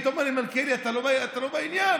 היית אומר לי: מלכיאלי, אתה לא בעניין.